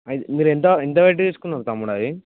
అది మీరు ఎంత ఎంత పెట్టి తీసుకున్నారు తమ్ముడు అది